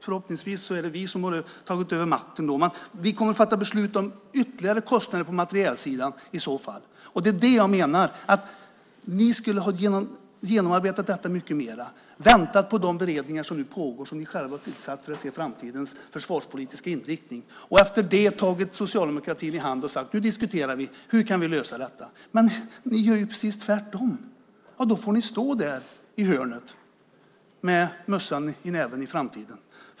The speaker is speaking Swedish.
Förhoppningsvis är det då vi som har tagit över makten. Men vi kommer i så fall att fatta beslut om ytterligare kostnader på materielsidan. Ni skulle ha genomarbetat detta mycket mer och väntat på de beredningar som nu pågår som ni själva har tillsatt för att se framtidens försvarspolitiska inriktning. Efter det skulle ni ha tagit socialdemokratin i hand och sagt: Nu diskuterar vi hur vi ska lösa detta. Ni gör precis tvärtom. Då får ni stå där i hörnet med mössan i näven i framtiden.